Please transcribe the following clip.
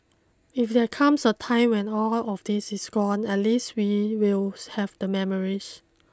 if there comes a time when all of this is gone at least we will have the memories